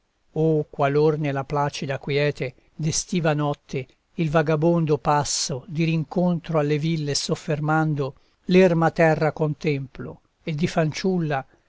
o qualor nella placida quiete d'estiva notte il vagabondo passo di rincontro alle ville soffermando l'erma terra contemplo e di fanciulla